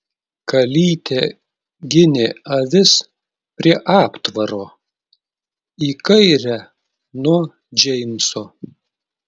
kalytė ginė avis prie aptvaro į kairę nuo džeimso